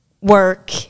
work